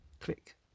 Click